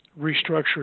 restructure